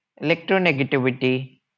electronegativity